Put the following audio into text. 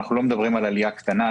אנחנו לא מדברים על עלייה קטנה.